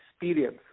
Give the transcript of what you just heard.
experience